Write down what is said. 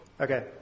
Okay